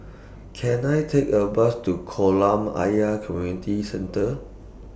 Can I Take A Bus to Kolam Ayer Community Centre